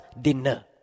dinner